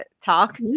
talk